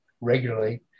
regularly